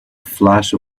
flash